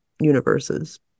universes